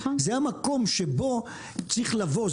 זה המקום שבו צריך לבוא,